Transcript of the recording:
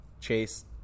Chase